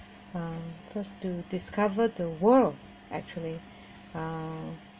for us to discover the world actually uh um